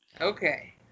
Okay